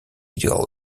ideal